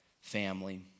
family